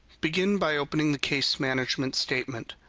begin by opening the case management statement.